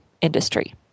industry